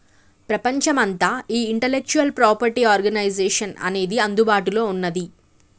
ప్రపంచమంతా ఈ intellectual property organisation అనేది అందుబాటులో ఉన్నది